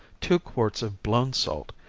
two quarts of blown salt,